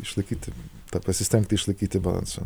išlaikyti tą pasistengti išlaikyti balansą